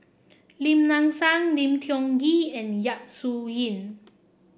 Lim Nang Seng Lim Tiong Ghee and Yap Su Yin